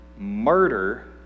murder